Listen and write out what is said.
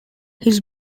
his